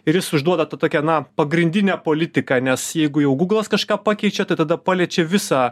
ir jis užduoda tą tokią na pagrindinę politiką nes jeigu jau gūglas kažką pakeičia tai tada paliečia visą